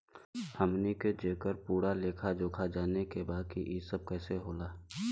हमनी के जेकर पूरा लेखा जोखा जाने के बा की ई सब कैसे होला?